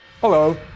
Hello